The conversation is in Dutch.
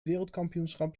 wereldkampioenschap